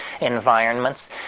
environments